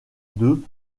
deux